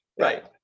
Right